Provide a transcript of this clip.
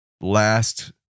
last